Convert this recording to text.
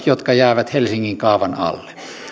jotka jäävät helsingin kaavan alle